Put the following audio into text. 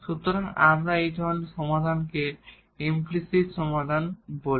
সুতরাং আমরা এই ধরনের সমাধানকে ইমপ্লিসিট সমাধান বলি